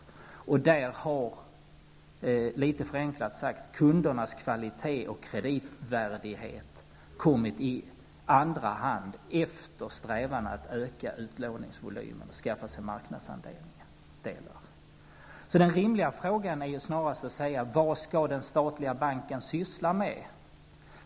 Där har, litet förenklat sagt, kundernas kvalitet och kreditvärdighet kommit i andra hand, efter strävan att öka utlåningsvolymen och skaffa sig marknadsandelar. Den rimliga frågan är snarast: Vad skall den statliga banken syssla med?